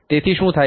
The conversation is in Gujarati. તેથી શું થાય છે